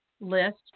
list